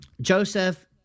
Joseph